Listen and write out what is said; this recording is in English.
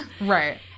Right